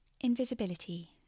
invisibility